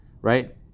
right